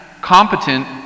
competent